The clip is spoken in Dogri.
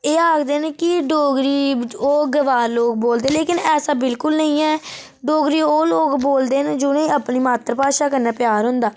एह् आखदे न कि डोगरी ओह् गवार लोग बोलदे लेकन ऐसा बिलकुल नेईं ऐ डोगरी ओह् लोग बोलदे न जुनें गी अपनी मात्तर भाशा कन्नै प्यार होंदा